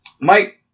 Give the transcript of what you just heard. Mike